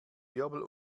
wirbel